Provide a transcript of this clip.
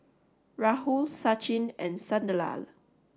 Rahul Sachin and Sunderlal